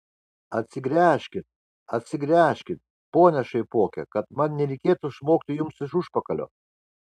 atsigręžkit atsigręžkit pone šaipoke kad man nereikėtų smogti jums iš užpakalio